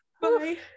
Bye